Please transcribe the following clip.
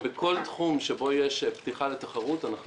בכל תחום שבו יש פתיחה לתחרות אנחנו